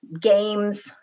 games